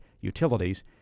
utilities